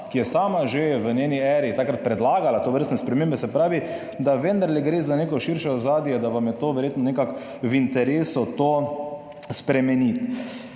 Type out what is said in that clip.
ki je sama že v svoji eri takrat predlagala tovrstne spremembe. Se pravi, da vendarle gre za neko širše ozadje, da vam je verjetno nekako v interesu to spremeniti.